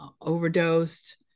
overdosed